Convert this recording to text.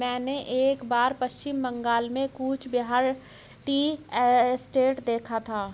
मैंने एक बार पश्चिम बंगाल में कूच बिहार टी एस्टेट देखा था